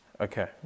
Okay